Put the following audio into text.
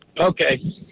Okay